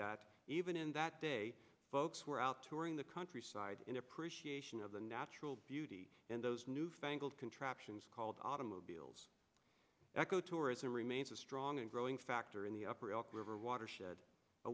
that even in that day folks were out touring the countryside in appreciation of the natural beauty in those newfangled contraptions called automobiles eco tourism remains a strong and growing factor in the upper elk river watershed a